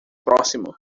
próximo